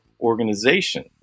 organization